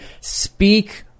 speak